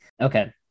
Okay